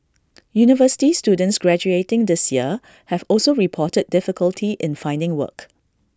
university students graduating this year have also reported difficulty in finding work